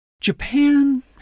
Japan